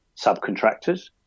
subcontractors